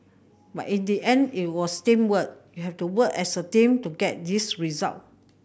but in the end it was teamwork you have to work as a team to get this result